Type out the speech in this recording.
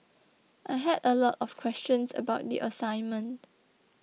I had a lot of questions about the assignment